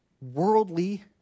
worldly